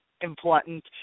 important